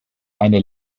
eine